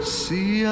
see